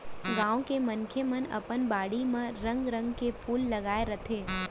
गॉंव के मनसे मन अपन बाड़ी म रंग रंग के फूल लगाय रथें